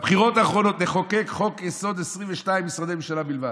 בבחירות האחרונות נחוקק חוק-יסוד: 22 משרדי ממשלה בלבד.